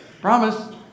Promise